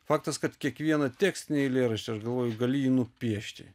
faktas kad kiekvieną tekstinį eilėraštį aš galvoju gali jį nupiešti